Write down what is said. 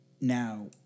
Now